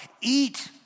Eat